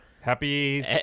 Happy